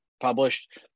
published